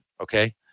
Okay